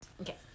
Okay